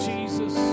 Jesus